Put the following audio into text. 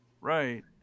right